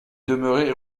demeurait